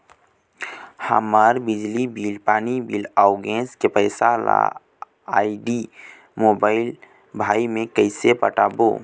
हमर बिजली बिल, पानी बिल, अऊ गैस के पैसा ला आईडी, मोबाइल, भाई मे कइसे पटाबो?